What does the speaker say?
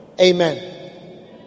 Amen